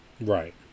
Right